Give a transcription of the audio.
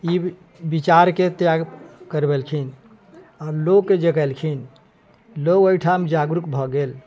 ई विचार के त्याग करबेलखिन आ लोग के जगेलखिन लोग ओहिठाम जागरूक भऽ गेल